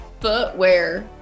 Footwear